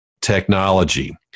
technology